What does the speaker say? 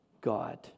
God